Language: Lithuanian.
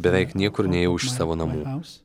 beveik niekur nėjau iš savo namų